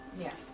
Yes